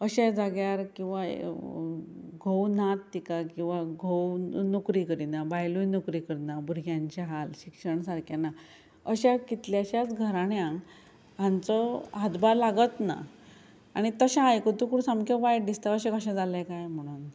अशें जाग्यार किंवां घोव नात तिका किंवां घोव नोकरी करिना बायलूय नोकरी करना भुरग्यांचे हाल शिक्षण सारकें ना अशा कितल्याशाच घराण्यांक हांचो हातभार लागत ना आनी तशें आयकतोकूर सामकें वायट दिसता अशें कशें जालें काय म्हणून